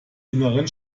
inneren